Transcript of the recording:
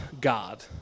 God